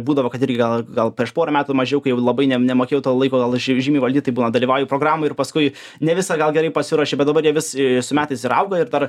būdavo kad ir gal gal prieš porą metų mažiau kaip jau labai ne nemokėjau to laiko laši žymiai valdyt tai buvo dalyvauju programų ir paskui ne visa gal gerai pasiruoši bet dabar jie vis su metais ir auga ir dar